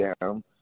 down